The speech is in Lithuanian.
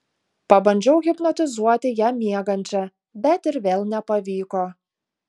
pabandžiau hipnotizuoti ją miegančią bet ir vėl nepavyko